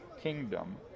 Kingdom